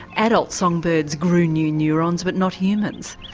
adult song birds grew new neurons but not humans?